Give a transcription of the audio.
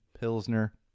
pilsner